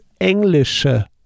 Englische